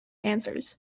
answers